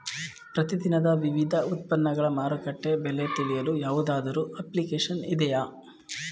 ಪ್ರತಿ ದಿನದ ವಿವಿಧ ಉತ್ಪನ್ನಗಳ ಮಾರುಕಟ್ಟೆ ಬೆಲೆ ತಿಳಿಯಲು ಯಾವುದಾದರು ಅಪ್ಲಿಕೇಶನ್ ಇದೆಯೇ?